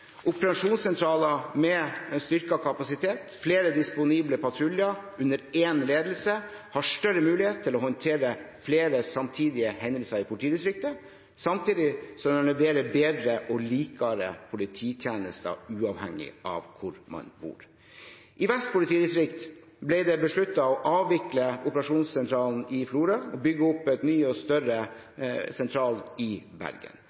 Operasjonssentraler med en styrket kapasitet og flere disponible patruljer under én ledelse har større mulighet til å håndtere flere samtidige hendelser i politidistriktet, samtidig som en kan levere bedre og likere polititjenester uavhengig av hvor man bor. I Vest politidistrikt ble det besluttet å avvikle operasjonssentralen i Florø og bygge opp en ny og større sentral i Bergen.